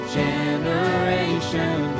generation